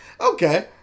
Okay